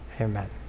Amen